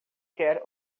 quer